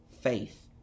faith